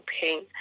pain